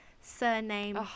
surname